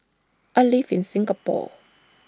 I live in Singapore